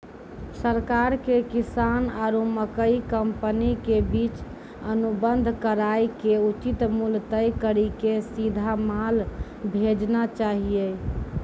सरकार के किसान आरु मकई कंपनी के बीच अनुबंध कराय के उचित मूल्य तय कड़ी के सीधा माल भेजना चाहिए?